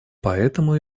поэтому